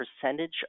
percentage